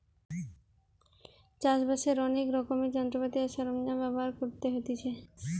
চাষ বাসের অনেক রকমের যন্ত্রপাতি আর সরঞ্জাম ব্যবহার করতে হতিছে